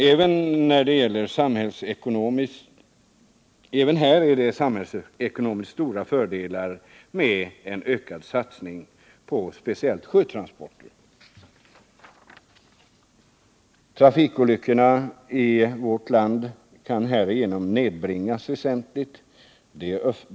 Även i detta avseende skulle det vara stora samhällsekonomiska fördelar att vinna med en ökad satsning framför allt på sjötransporter. Trafikolyckorna i vårt land skulle härigenom nedbringas väsentligt.